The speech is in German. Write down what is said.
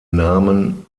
namen